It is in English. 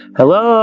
hello